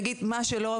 מה שלא,